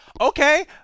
Okay